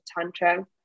tantra